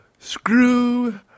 Screw